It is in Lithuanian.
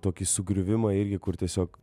tokį sugriuvimą irgi kur tiesiog